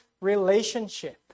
relationship